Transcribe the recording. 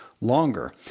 longer